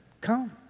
come